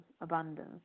abundance